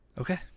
Okay